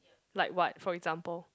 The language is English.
like what for example